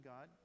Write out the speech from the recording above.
God